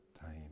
time